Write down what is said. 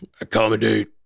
Accommodate